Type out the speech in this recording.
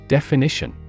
Definition